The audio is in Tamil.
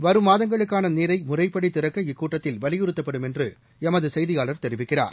வரும் மாதங்களுக்கான நீரை முறைப்படி திறக்க இக்கூட்டத்தில் வலியுறுத்தப்படும் என்று எமது செய்தியாளர் தெரிவிக்கிறார்